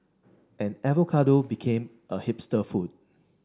and avocado became a hipster food